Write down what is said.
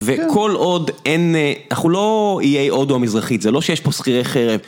וכל עוד אין, אנחנו לא יהיה איי הודו המזרחית, זה לא שיש פה שכירי חרב.